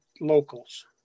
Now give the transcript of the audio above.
locals